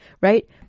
right